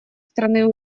страны